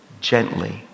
gently